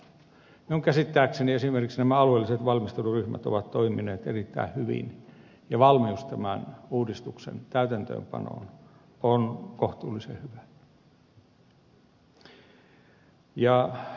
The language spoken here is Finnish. minun käsittääkseni esimerkiksi nämä alueelliset valmisteluryhmät ovat toimineet erittäin hyvin ja valmius tämän uudistuksen täytäntöönpanoon on kohtuullisen hyvä